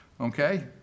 okay